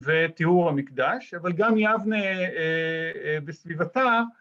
‫ותיאור המקדש, אבל גם יבנה, ‫בסביבתה...